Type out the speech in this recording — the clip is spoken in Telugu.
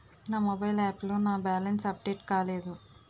నా మొబైల్ యాప్ లో నా బ్యాలెన్స్ అప్డేట్ కాలేదు